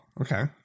Okay